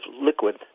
liquid